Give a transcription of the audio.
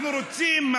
אנחנו רוצים,